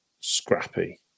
Scrappy